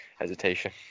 hesitation